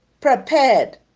prepared